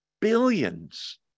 billions